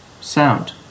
Sound